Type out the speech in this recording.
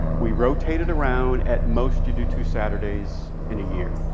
we rotate it around. at most, you do two saturdays in a year.